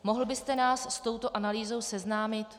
Mohl byste nás s touto analýzou seznámit?